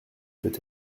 peut